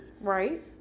Right